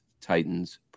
Titans